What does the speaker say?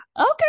okay